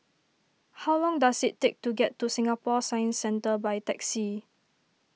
how long does it take to get to Singapore Science Centre by taxi